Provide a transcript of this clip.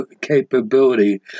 capability